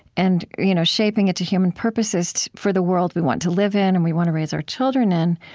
and you know shaping it to human purposes for the world we want to live in and we want to raise our children in